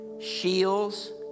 shields